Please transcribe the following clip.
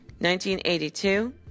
1982